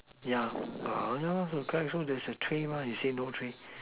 yeah no no no I was trying to say there was a tray mah then you say no tray